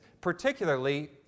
particularly